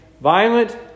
violent